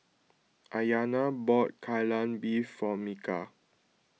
Ayana bought Kai Lan Beef for Micah